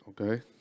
Okay